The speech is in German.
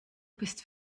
bist